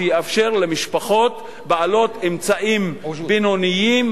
שיאפשר למשפחות בעלות אמצעים בינוניים